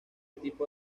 tipo